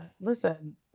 Listen